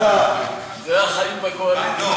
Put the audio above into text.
זה החיים בקואליציה.